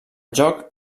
joc